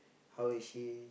how is she